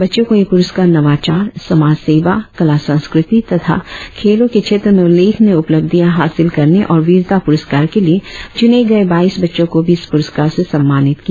बच्चों को ये प्रस्कार नवाचार समाज सेवा कला संस्कृति तथा खेलों के क्षेत्र में उल्लेखनीय उपलब्धियां हासिल करने और वीरता पुरस्कार के लिए चुने गये बाईस बच्चों को भी इस पुरस्कार से सम्मानिय किया